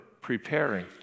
preparing